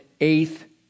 eighth